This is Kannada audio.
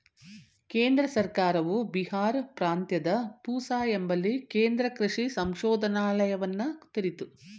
ಕೇಂದ್ರ ಸರ್ಕಾರವು ಬಿಹಾರ್ ಪ್ರಾಂತ್ಯದ ಪೂಸಾ ಎಂಬಲ್ಲಿ ಕೇಂದ್ರ ಕೃಷಿ ಸಂಶೋಧನಾಲಯವನ್ನ ತೆರಿತು